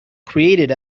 created